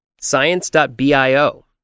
Science.bio